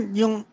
yung